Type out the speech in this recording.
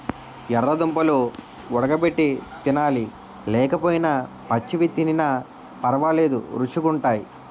యెర్ర దుంపలు వుడగబెట్టి తినాలి లేకపోయినా పచ్చివి తినిన పరవాలేదు రుచీ గుంటయ్